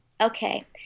Okay